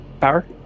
Power